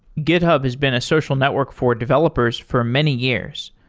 github has been a social network for developers for many years.